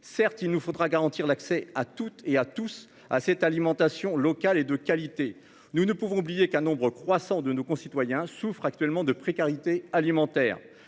Certes, il nous faudra garantir l'accès à toutes et à tous à cette alimentation locale et de qualité. Nous ne pouvons oublier qu'un nombre croissant de nos concitoyens souffrent actuellement de précarité alimentaire